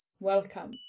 Welcome